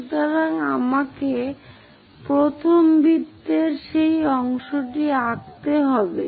সুতরাং আমাকে প্রথমে বৃত্তের সেই অংশটি আঁকতে দিন